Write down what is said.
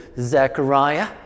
Zechariah